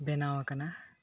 ᱵᱮᱱᱟᱣᱟᱠᱟᱱᱟ